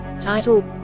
Title